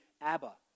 Abba